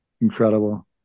Incredible